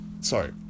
sorry